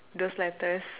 those letters